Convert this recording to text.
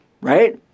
right